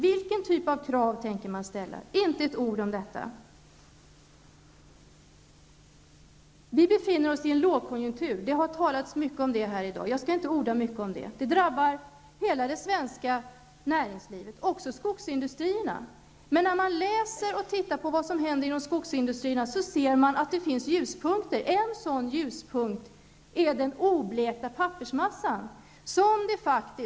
Vilken typ av krav tänker man ställa? Det sägs inte ett ord om detta. Vi befinner oss i en lågkonjunktur. Det har talats mycket om det här i dag. Jag skall inte orda mycket om det. Det drabbar hela det svenska näringslivet, även skogsindustrin. När man läser om och ser vad som händer i skogsindustrin finner man ljuspunkter. En sådan ljuspunkt är den oblekta pappersmassan.